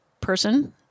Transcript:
person